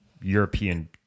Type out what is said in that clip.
European